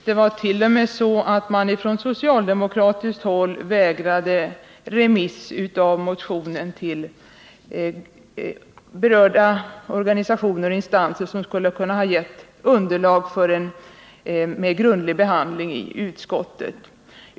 Det var t.o.m. så att man på socialdemokratiskt håll vägrade remiss av motionen till berörda organisationer och instanser, som skulle kunna ha gett underlag för en mer grundlig behandling i utskottet.